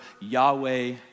Yahweh